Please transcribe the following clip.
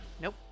Nope